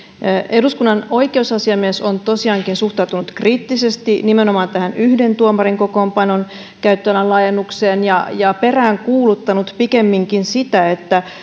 eduskunnan oikeusasiamies on tosiaankin suhtautunut kriittisesti nimenomaan tähän yhden tuomarin kokoonpanon käyttöalan laajennukseen ja ja peräänkuuluttanut pikemminkin sitä että